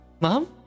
Mom